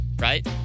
Right